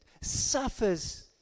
suffers